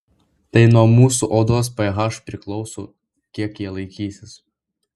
tai nuo mūsų odos ph priklauso kiek jie laikysis